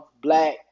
black